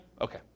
Okay